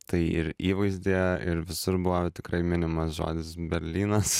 tai ir įvaizdyje ir visur buvo tikrai minimas žodis berlynas